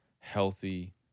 healthy